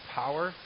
power